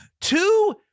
two